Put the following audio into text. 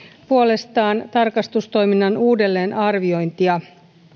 puolestaan tarkastustoiminnan uudelleenarviointia